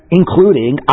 including